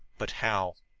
but how?